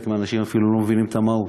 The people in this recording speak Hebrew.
וחלק מהאנשים אפילו לא מבינים את המהות,